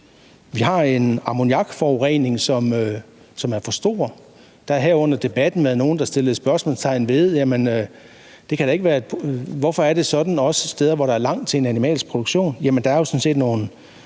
Vi har en ammoniakforurening, som er for stor. Der har her under debatten været nogle, der stillede spørgsmål om, hvorfor det også er sådan nogle steder, hvor der er langt til en animalsk produktion. Der er sådan set noget